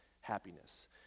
happiness